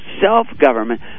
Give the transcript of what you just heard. self-government